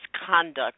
misconduct